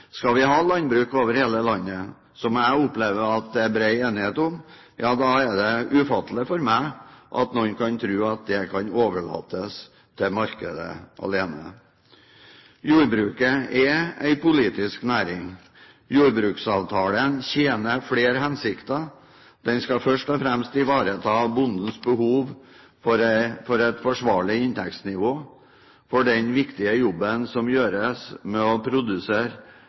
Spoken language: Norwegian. Skal vi ha landbruk over hele landet, som jeg opplever at det er bred enighet om, da er det ufattelig for meg at noen kan tro at det kan overlates til markedet alene. Jordbruket er en politisk næring. Jordbruksavtalen tjener flere hensikter. Den skal først og fremst ivareta bondens behov for et forsvarlig inntektsnivå med tanke på den viktige jobben som gjøres med å produsere